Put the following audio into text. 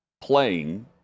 playing